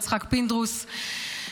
יצחק פינדרוס,